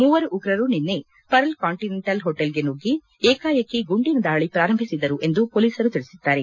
ಮೂವರು ಉಗ್ರರು ನಿನ್ನೆ ಪರ್ಲ್ ಕಾಂಟನೆಂಟಲ್ ಹೊಟೇಲ್ಗೆ ನುಗ್ಗಿ ಏಕಾಏಕಿ ಗುಂಡಿನ ದಾಳಿ ಪ್ರಾರಂಭಿಸಿದರು ಎಂದು ಪೊಲೀಸರು ತಿಳಸಿದ್ದಾರೆ